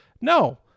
no